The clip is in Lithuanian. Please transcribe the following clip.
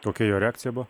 kokia jo reakcija buvo